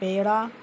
پیڑا